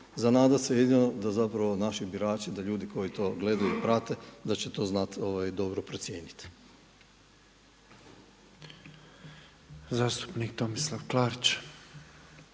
Za nadati se jedino da zapravo naši birači, da ljudi koji to gledaju i prate da će to znati dobro procijeniti. **Petrov,